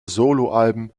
soloalben